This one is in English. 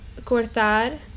cortar